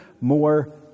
more